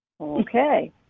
Okay